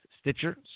Stitcher